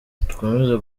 tuzakomeza